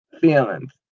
feelings